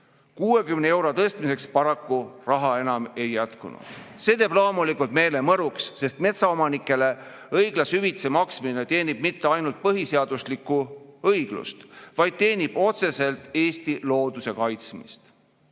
60 euro tõstmiseks raha enam paraku ei jätkunud. See teeb loomulikult meele mõruks, sest metsaomanikele õiglase hüvitise maksmine ei teeni mitte ainult põhiseaduslikku õiglust, vaid teenib otseselt Eesti looduse kaitsmist. Nii